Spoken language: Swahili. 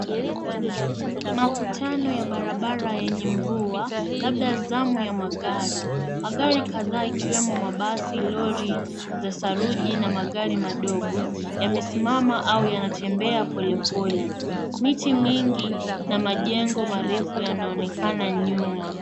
Makutano ya barabara yenye mvua labda zamu ya magari. Magari kadhaa ikiwemo mabasi, lori za saruji na magari madogo, yamesimama au yanatembea polepole. Miti mingi na majengo marefu yanaonekana nyuma.